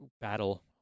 battle